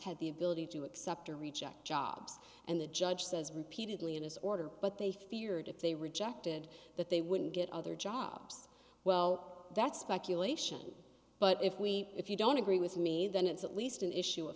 have the ability to accept or reject jobs and the judge says repeatedly in his order but they feared if they rejected that they wouldn't get other jobs well that's speculation but if we if you don't agree with me then it's at least an issue